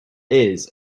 ears